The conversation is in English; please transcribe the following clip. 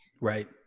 Right